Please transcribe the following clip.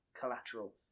collateral